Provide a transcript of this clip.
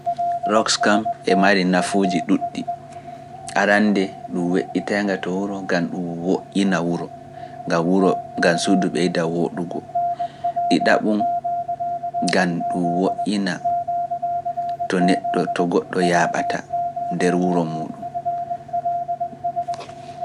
Rogs kam e mari nafuuji ɗuuɗɗi, arande ɗum weƴƴiteenga to wuro, ngam ɗum woƴƴina wuro, ngam suudu ɓeyda wooɗugo, ɗiɗaɓum ngam ɗum woƴƴina to neɗɗo to goɗɗo yaaɓata nder wuro muuɗum.